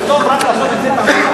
זה טוב רק לעשות עם זה תעמולה.